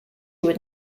would